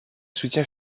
soutien